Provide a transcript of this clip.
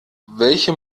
welche